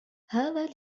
هذا